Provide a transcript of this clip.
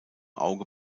auge